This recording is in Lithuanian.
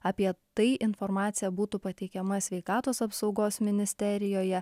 apie tai informacija būtų pateikiama sveikatos apsaugos ministerijoje